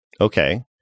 Okay